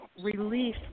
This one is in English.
Relief